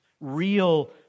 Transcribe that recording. Real